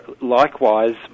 Likewise